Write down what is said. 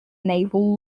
naval